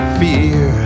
fear